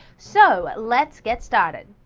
so! let's get started.